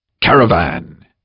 Caravan